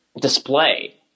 display